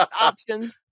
Options